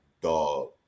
dog